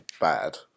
bad